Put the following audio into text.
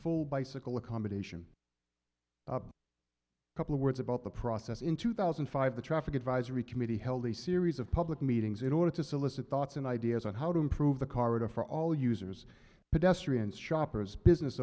full bicycle accommodation couple of words about the process in two thousand and five the traffic advisory committee held a series of public meetings in order to solicit thoughts and ideas on how to improve the corridor for all users pedestrians shoppers business